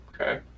Okay